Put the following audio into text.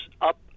up